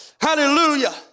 Hallelujah